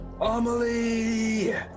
Amelie